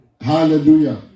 Hallelujah